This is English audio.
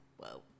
whoa